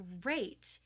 great